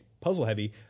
puzzle-heavy